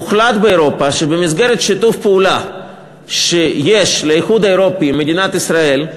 הוחלט באירופה שבמסגרת שיתוף פעולה שיש לאיחוד האירופי עם מדינת ישראל,